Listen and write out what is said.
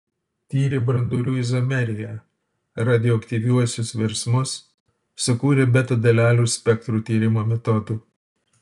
tyrė branduolių izomeriją radioaktyviuosius virsmus sukūrė beta dalelių spektrų tyrimo metodų